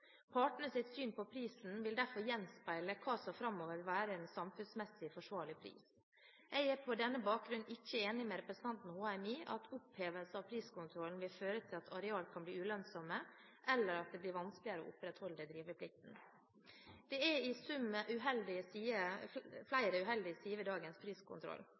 syn på prisen vil derfor gjenspeile hva som framover vil være en samfunnsmessig forsvarlig pris. Jeg er på denne bakgrunn ikke enig med representanten Håheim i at opphevelse av priskontrollen vil føre til at areal kan bli ulønnsomme, eller at det blir vanskeligere å opprettholde driveplikten. Det er i sum flere uheldige sider ved dagens priskontroll.